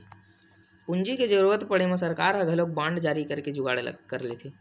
पूंजी के जरुरत पड़े म सरकार ह घलोक बांड जारी करके जुगाड़ कर लेथे